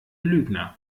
lügner